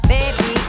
Baby